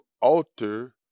alter